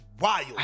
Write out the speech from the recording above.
wild